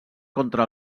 contra